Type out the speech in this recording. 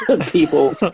people